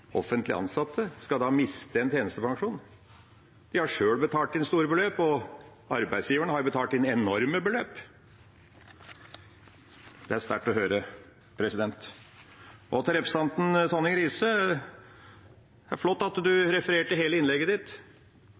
ansatte skal miste tjenestepensjonen. Jeg har sjøl betalt inn store beløp, og arbeidsgiveren har betalt inn enorme beløp. Det er sterkt å høre. Til representanten Tonning Riise: Det er flott at du refererte hele innlegget ditt.